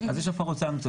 אז יש עבורו סנקציות.